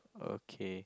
okay